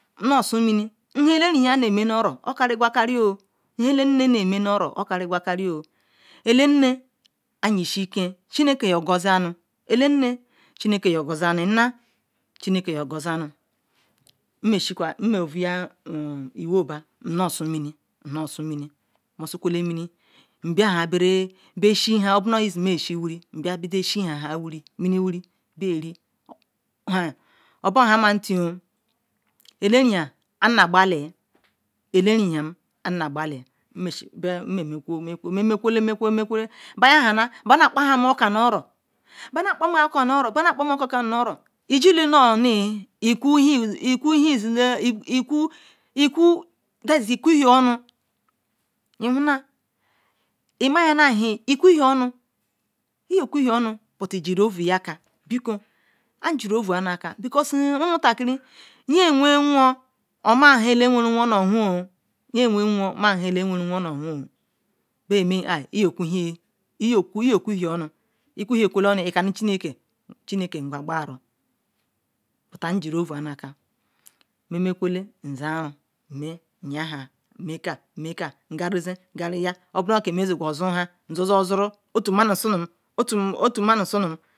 Nham ela nne nu emme okari akari ela nne auu ishiken nnan chineke yo gazi ba nmo suma nu ba iwo mo sukwete iwo nzen shi wiri mini wiri bel yari hen obohamatio os ohamati ti elaretin na kbali menkwela ba ya hanna bang? kpahan oka ni oro igiden onu i kwn hall on Invaljala ahan ikwu hoi amu iyo kwu hal one liten oκοί ajorité lawon nwonoma Inham ate wesen won ama hom nhan ela jugulown nu ho be mel iyok wu kon hia onu i kwu hia anu ikwn hia kwe onu ika nu chineke ya bary tan mjim ovo i na aka memekwele nzenry maya maya m mene ka mumem ka oboro ka me guikeme yozuhan mzenoz oham.